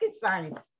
science